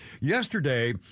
Yesterday